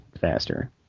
faster